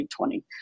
2020